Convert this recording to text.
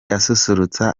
asusurutsa